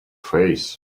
face